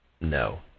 No